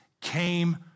came